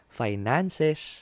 finances